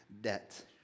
debt